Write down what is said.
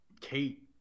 Kate